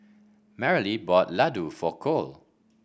Marilee bought Ladoo for Cole